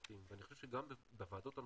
ואני חושב שבהרבה מקומות לא יורדים לפרטים,